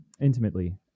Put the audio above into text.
intimately